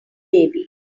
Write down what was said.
baby